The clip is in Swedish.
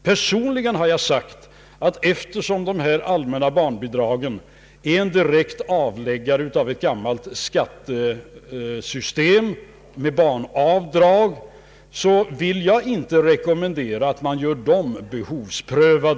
Personligen anser jag att eftersom det allmänna barnbidraget är en direkt avläggare av ett gammalt skattesystem med barnavdrag vill jag inte rekommendera att det görs behovsprövat.